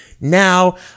Now